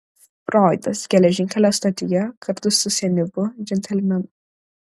froidas geležinkelio stotyje kartu su senyvu džentelmenu